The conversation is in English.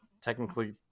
technically